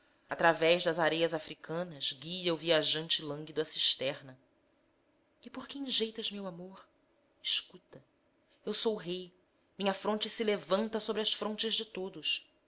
através das areias africanas guia o viajante lânguido à cisterna e por que enjeitas meu amor escuta eu sou rei minha fronte se levanta sobre as frontes de todos